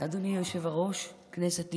אדוני היושב-ראש, כנסת נכבדה,